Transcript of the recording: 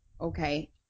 okay